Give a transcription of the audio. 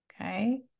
okay